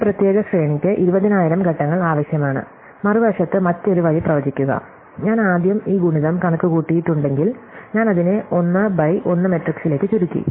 ഈ പ്രത്യേക ശ്രേണിക്ക് 20000 ഘട്ടങ്ങൾ ആവശ്യമാണ് മറുവശത്ത് മറ്റൊരു വഴി പ്രവചിക്കുക ഞാൻ ആദ്യം ഈ ഗുണിതം കണക്കുകൂട്ടിയിട്ടുണ്ടെങ്കിൽ ഞാൻ അതിനെ 1 ബൈ 1 മാട്രിക്സിലേക്ക് ചുരുക്കി